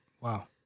Wow